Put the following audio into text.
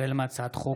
החל בהצעת חוק